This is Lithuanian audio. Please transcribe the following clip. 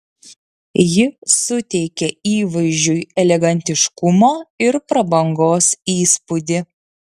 ji suteikia įvaizdžiui elegantiškumo ir prabangos įspūdį